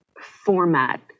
format